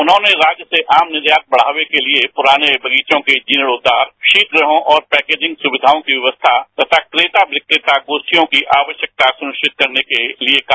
उन्होंने राज्य से आम निर्यात बढ़ावे के लिए पुराने बगीचों के जीर्णाद्वार शीत ग्रहों और पैकेजिंग सुविधाओं की व्यवस्था तथा क्रेता विक्रेता गोष्ठियों की आवश्यकता सुनिश्चित करने के लिए कहा